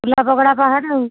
ଉଲା ପକଡ଼ା ପାହାଡ଼ ଆଉ